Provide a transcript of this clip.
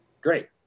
Great